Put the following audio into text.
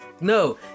No